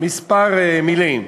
כמה מילים.